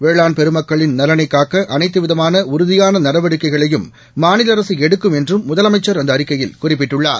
வேளாண் பெருமக்களின் நலனைக் காக்க அனைத்துவிதமான உறுதியான நடவடிக்கைகளையும் மாநில அரசு எடுக்கும் என்றும் முதலமைச்சர் அந்த அறிக்கையில் குறிப்பிட்டுள்ளார்